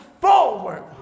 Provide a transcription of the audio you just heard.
forward